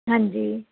ਹਾਂਜੀ